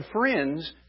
friends